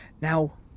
Now